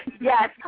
yes